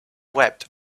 wept